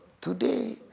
Today